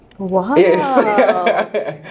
wow